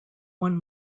one